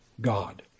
God